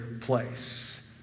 place